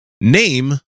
Name